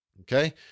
okay